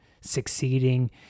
succeeding